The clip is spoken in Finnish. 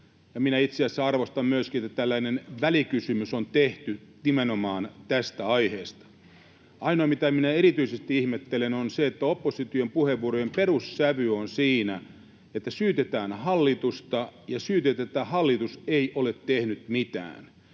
minä itse asiassa arvostan myöskin sitä, että tällainen välikysymys on tehty nimenomaan tästä aiheesta. Ainoa, mitä erityisesti ihmettelen, on se, että opposition puheenvuorojen perussävy on siinä, että syytetään hallitusta ja syytetään, että hallitus ei ole tehnyt mitään.